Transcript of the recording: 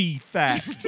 fact